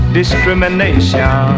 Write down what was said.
discrimination